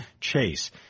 Chase